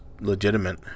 legitimate